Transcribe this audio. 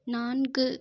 நான்கு